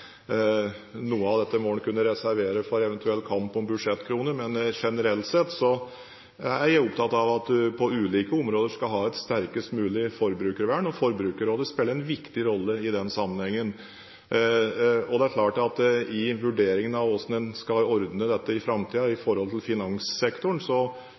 Noe av dette må en vel kunne reservere for en eventuell kamp om budsjettkroner. Men generelt sett er jeg opptatt av at en på ulike områder skal ha et sterkest mulig forbrukervern, og Forbrukerrådet spiller en viktig rolle i den sammenhengen. Det er klart at i vurderingen av hvordan en skal ordne dette i framtiden i